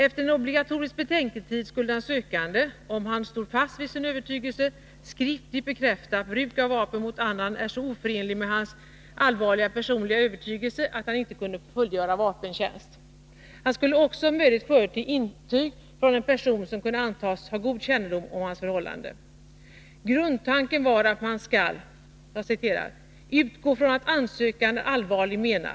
Efter en obligatorisk betänketid skulle den sökande, om han stod fast vid sin övertygelse, skriftligt bekräfta att bruk av vapen mot annan är så oförenligt med hans allvarliga personliga övertygelse att han inte kan fullgöra vapentjänst. Han skulle också om möjligt förete intyg från person som kan Nr 46 antas ha god kännedom om hans förhållanden. Torsdagen den Grundtanken var att man skall ”utgå från att ansökan är allvarligt menad.